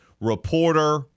reporter